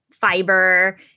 fiber